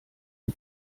die